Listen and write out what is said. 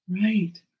Right